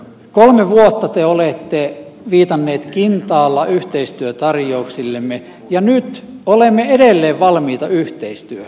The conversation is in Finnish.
kolme vuotta te olette viitanneet kintaalla yhteistyötarjouksillemme ja nyt olemme edelleen valmiita yhteistyöhön